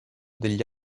degli